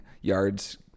yards